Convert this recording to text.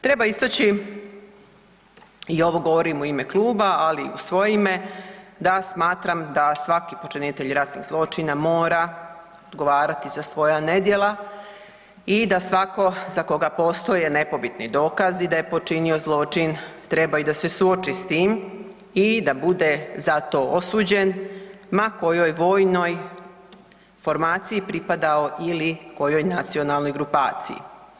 Treba istači i ovo govorim u ime kluba, ali i u svoje ime da smatram da svaki počinitelj ratnih zločina mora odgovarati za svoja nedjela i da svako za koga postoje nepobitni dokazi da je počinio zločin treba i da se suoči s tim i da bude za to osuđen ma kojoj vojnoj formaciji pripadao ili kojoj nacionalnoj grupaciji.